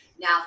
Now